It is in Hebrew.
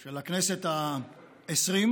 של הכנסת העשרים,